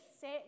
set